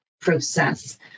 process